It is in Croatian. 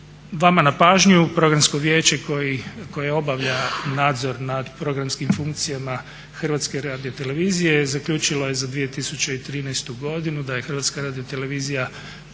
Vama na pažnju, Programsko vijeće koje obavlja nadzor nad programskim funkcijama Hrvatske radiotelevizije zaključilo je za 2013. godinu da je Hrvatska radiotelevizija